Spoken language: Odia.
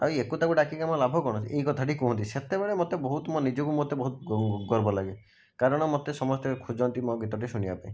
ଆଉ ୟା କୁ ତା କୁ ଡାକିକି ଆମ ଲାଭ କଣ ଅଛି ଏଇ କଥାଟି କୁହନ୍ତି ସେତେବେଳେ ମୋତେ ବହୁତ ମୋ ନିଜକୁ ମୋତେ ବହୁତ ଗର୍ବ ଲାଗେ କାରଣ ମୋତେ ସମସ୍ତେ ଖୋଜନ୍ତି ମୋ ଗୀତଟି ଶୁଣିବା ପାଇଁ